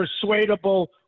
persuadable